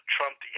Trump